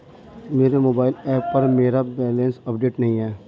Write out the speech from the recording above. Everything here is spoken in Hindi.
मेरे मोबाइल ऐप पर मेरा बैलेंस अपडेट नहीं है